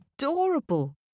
adorable